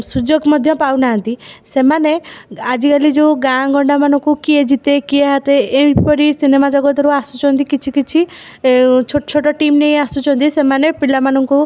ସୁଯୋଗ ମଧ୍ୟ ପାଉନାହାଁନ୍ତି ସେମାନେ ଆଜିକାଲି ଯେଉଁ ଗାଁ ଗଣ୍ଡାମାନଙ୍କୁ କିଏ ଜିତେ କିଏ ହାରେ ଏହି ପରି ସିନେମା ଜଗତରୁ ଆସୁଛନ୍ତି କିଛି କିଛି ଛୋଟଛୋଟ ଟିମ୍ ନେଇ ଆସୁଛନ୍ତି ସେମାନେ ପିଲାମାନଙ୍କୁ